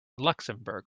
luxembourg